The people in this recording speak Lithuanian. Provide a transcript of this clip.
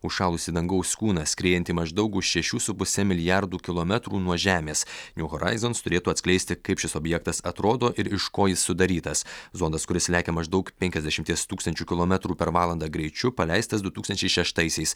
užšalusį dangaus kūną skriejantį maždaug už šešių su puse milijardų kilometrų nuo žemės new horizons turėtų atskleisti kaip šis objektas atrodo ir iš ko jis sudarytas zondas kuris lekia maždaug penkiasdešimties tūkstančių kilometrų per valandą greičiu paleistas du tūkstančiai šeštaisiais